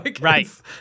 Right